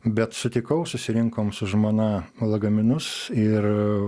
bet sutikau susirinkom su žmona lagaminus ir